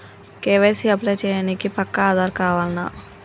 KYC apply చేయనీకి పక్కా ఆధార్ కావాల్నా?